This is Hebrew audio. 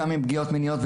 גם עם פגיעות מיניות,